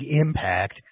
impact